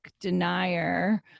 denier